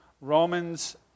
Romans